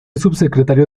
subsecretario